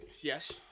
Yes